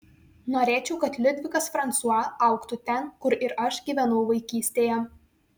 norėčiau kad liudvikas fransua augtų ten kur ir aš gyvenau vaikystėje